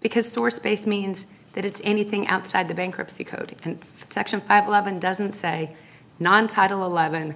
because store space means that it's anything outside the bankruptcy code section eleven doesn't say non title eleven